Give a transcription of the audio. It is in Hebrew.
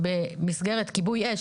במסגרת כיבוי אש.